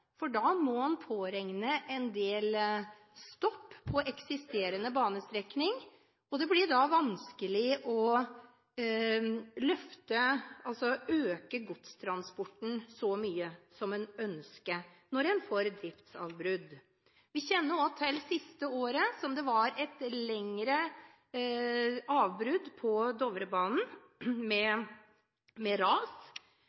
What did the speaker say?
pågår. Da må en påregne en del stopp på eksisterende banestrekning, og det blir vanskelig å øke godstransporten så mye som en ønsker når en får driftsavbrudd. Vi kjenner også til at det i år var et lengre avbrudd på Dovrebanen